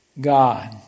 God